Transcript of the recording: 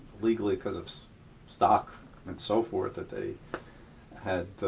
legally because of so stock and so forth that they had